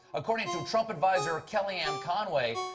according to trump advisor kellyanne conway,